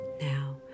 Now